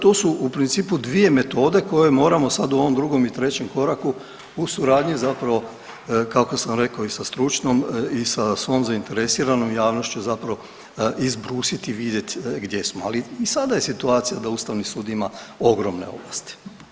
Tako da to su u principu dvije metode koje moramo sad u ovom drugom i trećem koraku u suradnji zapravo kako sam rekao i sa stručnom i sa svom zainteresiranom javnošću zapravo izbrusiti i vidjet gdje smo, ali i sada je situacija da Ustavni sud ima ogromne ovlasti.